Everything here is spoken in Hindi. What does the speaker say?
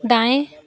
दाएं